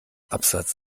absatz